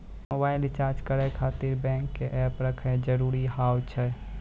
Mobile recharge करे खातिर bank के ऐप रखे जरूरी हाव है?